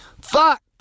fucked